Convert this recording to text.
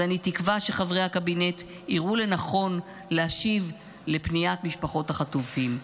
אז אני תקווה שחברי הקבינט יראו לנכון להשיב על פניית משפחות החטופים.